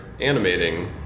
animating